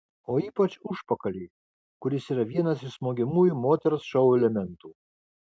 o ypač užpakalį kuris yra vienas iš smogiamųjų moters šou elementų